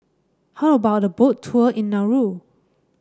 how about a Boat Tour in Nauru